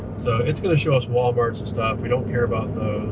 so it's gonna show us walmarts and stuff. we don't care about